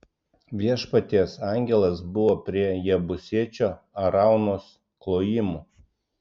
viešpaties angelas buvo prie jebusiečio araunos klojimo